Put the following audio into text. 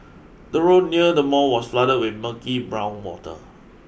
the road near the mall was flood with murky brown water